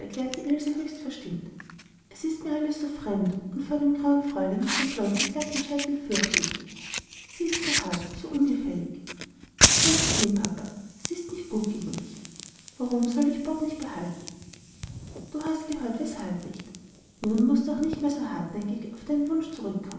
höchst verstimmt es ist mir alles so fremd und vor dem grauen fräulein mit dem blonden glatten scheitel fürchte ich mich sie ist so hart so ungefällig du sollst sehen papa sie ist nicht gut gegen mich warum soll ich bob nicht behalten du hast gehört weshalb nicht nun mußt du auch nicht mehr so hartnäckig auf deinen wunsch zurückkommen